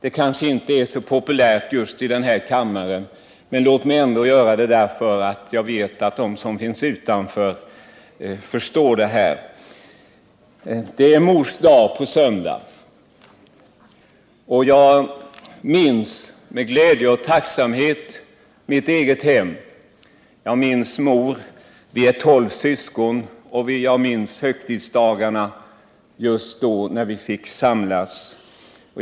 Det kanske inte är så populärt just i den här kammaren, men låt mig ändå göra det, därför att jag vet att de som finns utanför förstår det. Det är Mors dag på söndag. Jag minns med glädje och tacksamhet mitt eget hem. Jag minns mor. Vi är tolv syskon, och jag minns högtidsdagarna just när vi fick samlas.